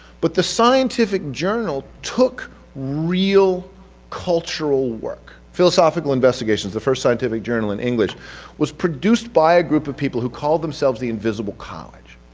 but the scientific journal took real cultural work. philosophical investigations, the first scientific journal in english was produced by a group of people who called themselves the invisible college.